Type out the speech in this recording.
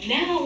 Now